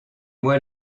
moi